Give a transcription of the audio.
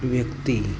વ્યક્તિ